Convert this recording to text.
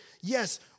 yes